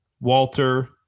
Walter